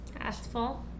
Asphalt